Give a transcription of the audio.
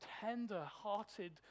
tender-hearted